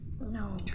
No